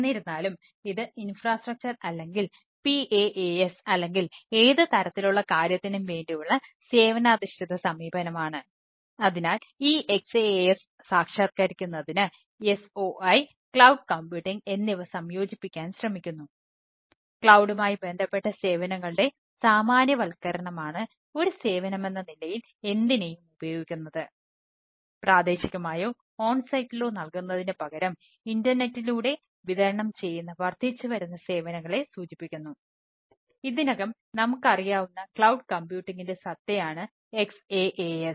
എന്നിരുന്നാലും ഇത് ഇൻഫ്രാസ്ട്രക്ചർ സത്തയാണ് XaaS